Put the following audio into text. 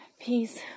peace